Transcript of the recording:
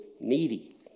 needy